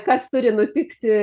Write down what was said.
kas turi nutikti